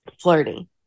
flirty